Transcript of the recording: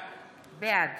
בעד